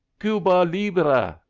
cuba libre!